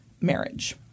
marriage